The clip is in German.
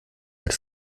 hat